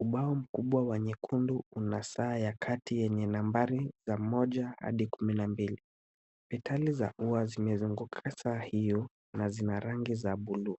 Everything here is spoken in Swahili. Ubao mkubwa wa nyekundu una saa ya kati yenye nambari ya 1-12. Metali za ua zimezunguka saa hiyo na zina rangi za buluu,